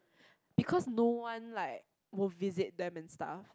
because no one like will visit them and stuff